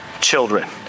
children